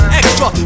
extra